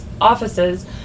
offices